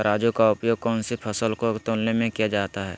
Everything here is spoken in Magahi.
तराजू का उपयोग कौन सी फसल को तौलने में किया जाता है?